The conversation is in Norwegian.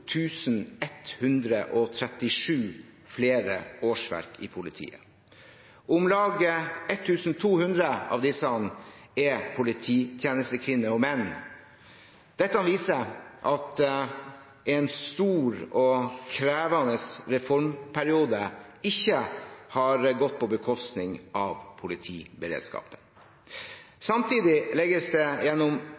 137 flere årsverk i politiet. Om lag 1 200 av disse er polititjenestekvinner og -menn. Dette viser at en stor og krevende reformperiode ikke har gått på bekostning av politiberedskapen.